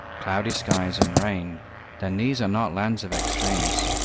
cloudy skies and rain, then these are not lands of extremes.